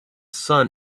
sun